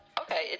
okay